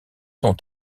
sont